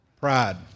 Pride